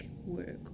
work